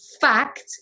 fact